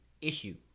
issue